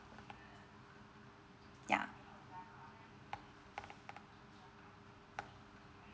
yeah